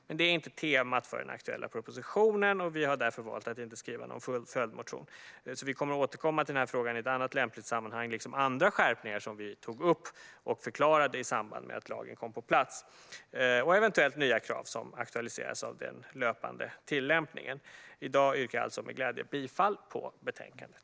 Men detta är inte temat för den aktuella propositionen, och vi har därför valt att inte skriva någon följdmotion. Vi kommer att återkomma till frågan i ett annat lämpligt sammanhang liksom till andra skärpningar som vi tog upp och förklarade i samband med att lagen kom på plats samt eventuellt nya krav som aktualiseras av den löpande tillämpningen. I dag yrkar jag med glädje bifall till förslaget.